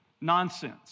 nonsense